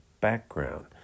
background